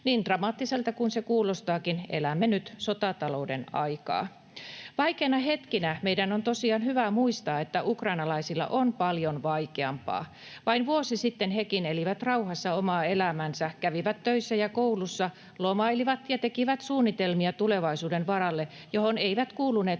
Niin dramaattiselta kuin se kuulostaakin, elämme nyt sotatalouden aikaa. Vaikeina hetkinä meidän on tosiaan hyvä muistaa, että ukrainalaisilla on paljon vaikeampaa. Vain vuosi sitten hekin elivät rauhassa omaa elämäänsä, kävivät töissä ja koulussa, lomailivat ja tekivät suunnitelmia tulevaisuuden varalle, johon eivät kuuluneet